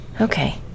Okay